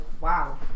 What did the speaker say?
wow